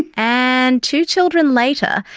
and two children later,